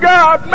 God